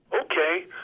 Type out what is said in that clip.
Okay